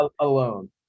Alone